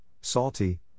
salty